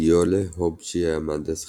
דיולה הבשי היה מהנדס כימי,